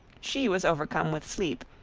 she was overcome with sleep,